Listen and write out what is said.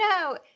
no